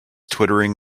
twittering